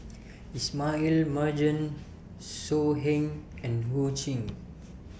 Ismail Marjan So Heng and Ho Ching